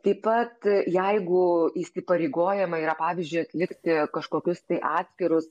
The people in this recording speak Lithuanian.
taip pat jeigu įsipareigojama yra pavyzdžiui atlikti kažkokius tai atskirus